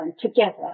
together